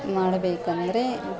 ಮಾಡಬೇಕಂದ್ರೆ